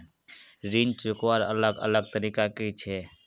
ऋण चुकवार अलग अलग तरीका कि छे?